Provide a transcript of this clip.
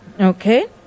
okay